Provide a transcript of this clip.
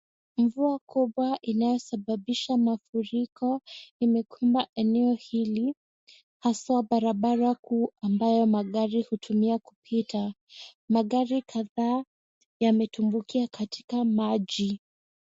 Mvua kubwa inayoshababisha mafuriko imekumba eneo hili, hasa barabara kuu ambayo magari hutumia kupita ,magari kadha yametumbukia katika maji.